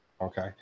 okay